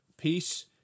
peace